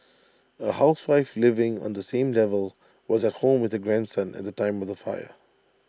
A housewife living on the same level was at home with her grandson at the time of the fire